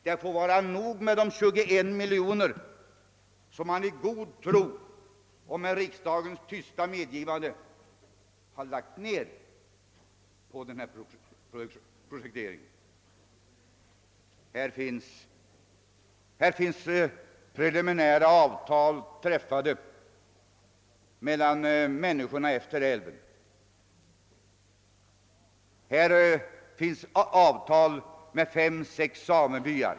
Det får vara nog med de 21 miljoner som man i god tro och med riksdagens tysta medgivande lagt ned på denna projektering. Man har träffat preliminära avtal med de människor som bor utefter älven och man har träffat avtal med en fem, sex samebyar.